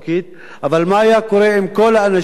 אבל מה היה קורה אם כל האנשים האלה